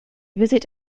visit